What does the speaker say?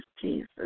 Jesus